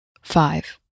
five